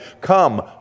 come